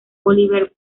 oliver